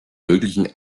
möglichen